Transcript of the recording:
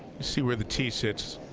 see where the tee sits.